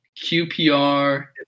QPR